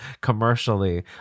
commercially